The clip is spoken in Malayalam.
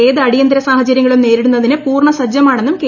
ഏതു അടിയന്തിര സാഹചര്യങ്ങളും നേരിടുന്നതിന് പൂർണ്ണസജ്ജമാണെന്നും കെ